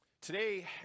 today